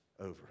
over